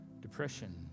depression